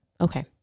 Okay